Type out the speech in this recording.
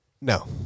No